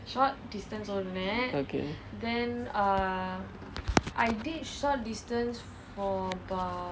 okay